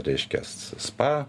reiškias spa